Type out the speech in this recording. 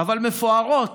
אבל מפוארות,